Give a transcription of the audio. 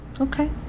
Okay